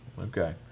Okay